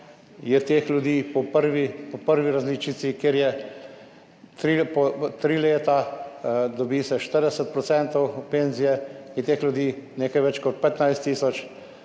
teh ljudi, po prvi različici, kdor je po tri leta, dobi 40 % pokojnine, je teh ljudi nekaj več kot 15 tisoč,